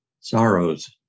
sorrows